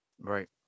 Right